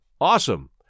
awesome